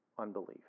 unbelief